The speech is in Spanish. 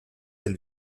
del